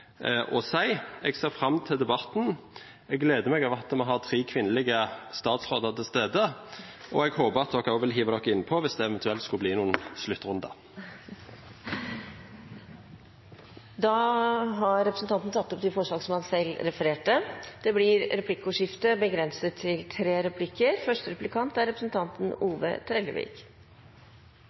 å si. Jeg ser fram til debatten. Jeg gleder meg over at vi har tre kvinnelige statsråder til stede, og jeg håper at de også vil hive seg innpå hvis det eventuelt skulle bli noen sluttrunder. Representanten Geir Pollestad har tatt opp de forslagene han refererte til. Det blir replikkordskifte.